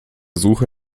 suche